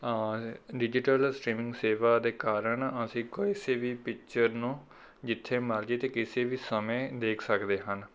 digital streaming ਸੇਵਾ ਦੇ ਕਾਰਨ ਅਸੀਂ ਕਿਸੇ ਵੀ ਪਿਕਚਰ ਨੂੰ ਜਿੱਥੇ ਮਰਜ਼ੀ ਅਤੇ ਕਿਸੇ ਵੀ ਸਮੇਂ ਦੇਖ ਸਕਦੇ ਹਨ